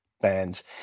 bands